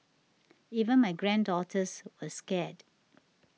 even my granddaughters were scared